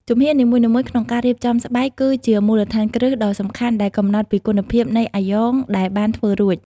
ជំហាននីមួយៗក្នុងការរៀបចំស្បែកគឺជាមូលដ្ឋានគ្រឹះដ៏សំខាន់ដែលកំណត់ពីគុណភាពនៃអាយ៉ងដែលបានធ្វើរួច។